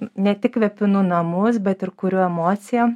ne tik kvepinu namus bet ir kuriu emociją